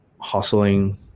hustling